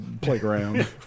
playground